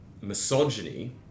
misogyny